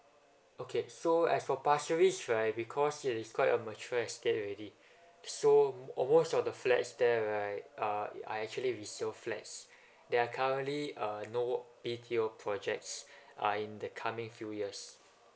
okay so as for pasir ris right because it is quite a mature estate already so most of the flats there right uh are actually resale flats there are currently err no B_T_O projects uh in the coming few years